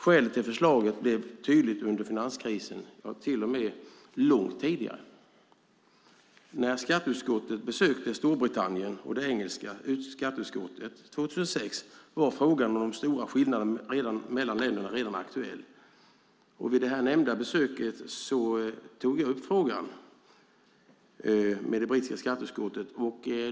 Skälet till förslaget blev tydligt under finanskrisen och till och med långt tidigare. När skatteutskottet besökte Storbritannien och det engelska skatteutskottet år 2006 var frågan om de stora skillnaderna mellan länderna redan aktuell. Vid det nämnda besöket tog jag upp frågan med det brittiska skatteutskottet.